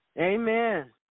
Amen